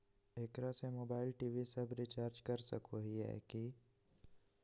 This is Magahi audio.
एकरा से मोबाइल टी.वी सब रिचार्ज कर सको हियै की?